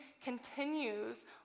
continues